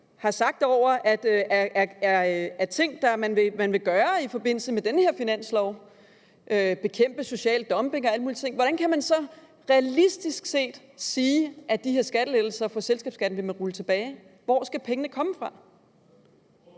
som man i øvrigt har sagt man vil gøre i forbindelse med den her finanslov, altså bekæmpe social dumping og alle mulige ting? Hvordan kan man så realistisk set sige, at de her lettelser på selskabsskatten vil man rulle tilbage? Hvor skal pengene komme fra?